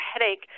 headache